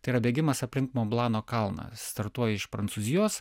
tai yra bėgimas aplink monblano kalną startuoja iš prancūzijos